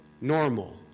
normal